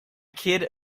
kid